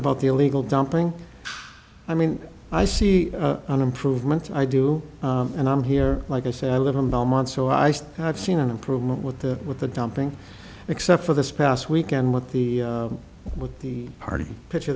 about the illegal dumping i mean i see an improvement i do and i'm here like i said i live in belmont so i have seen an improvement with that with the dumping except for this past weekend with the with the party picture